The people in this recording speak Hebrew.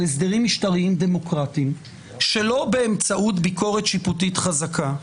הסדרים משטריים דמוקרטיים שלא באמצעות ביקורת שיפוטית חזקה,